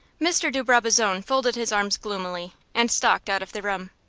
mr. de brabazon folded his arms gloomily, and stalked out of the room.